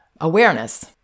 awareness